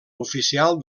oficial